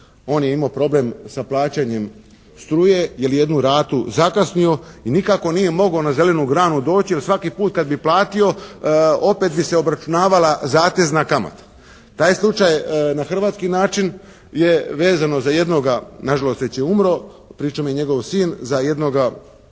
On je imao problem sa plaćanjem struje jer je jednu ratu zakasnio i nikako nije mogao na zelenu granu doći, jer svaki put kad bi platio opet bi se obračunavala zatezna kamata. Taj je slučaj na hrvatski način je vezano za jednoga na žalost već je umro, pričao mi je njegov sin za jednoga